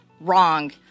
wrong